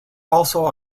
also